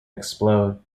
explode